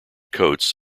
coats